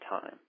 time